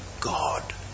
God